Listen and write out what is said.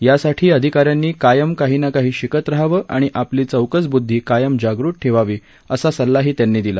यासाठी अधिकाऱ्यांनी कायम काही ना काही शिकत रहावं आणि आपली चौकसबुद्धी कायम जागृत ठेवावी असा सल्लाही त्यांनी दिला